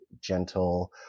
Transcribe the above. gentle